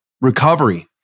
recovery